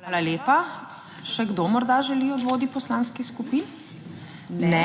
Hvala lepa. Še kdo morda želi od vodij poslanskih skupin? (Ne?)